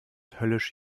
höllisch